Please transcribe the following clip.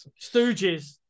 Stooges